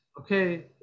okay